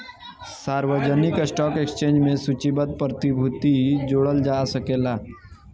सार्वजानिक stock exchange में सूचीबद्ध प्रतिभूति जोड़ल जा सकेला